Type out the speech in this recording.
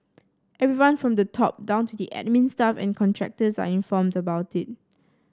everyone from the top down to the admin staff and contractors are informed about it